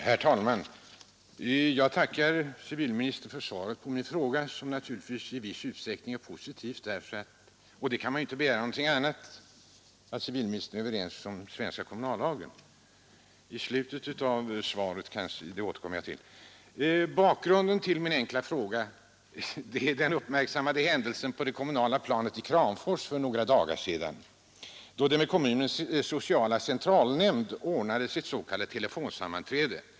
Herr talman! Jag tackar civilministern för svaret på min fråga, som naturligtvis i viss utsträckning är positiv. Och man kan ju heller inte gärna tänka sig att civilministern skulle ha någon annan uppfattning på denna punkt än den som kommer till uttryck i den svenska kommunallagen. Till det som statsrådet sade i slutet av svaret återkommer jag. Bakgrunden till min fråga är den uppmärksammade händelsen på det kommunala planet i Kramfors för några dagar sedan, då det med kommunens sociala centralnämnd ordnades ett s.k. telefonsammanträde.